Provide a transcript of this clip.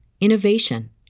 innovation